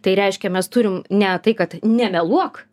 tai reiškia mes turim ne tai kad nemeluok